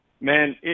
Man